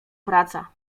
praca